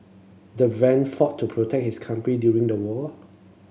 the van fought to protect his country during the war